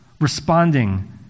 responding